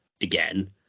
again